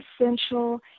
essential